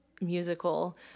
musical